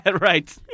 right